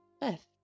left